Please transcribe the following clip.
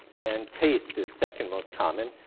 and taste is second most common.